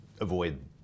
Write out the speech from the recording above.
Avoid